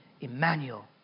Emmanuel